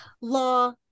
law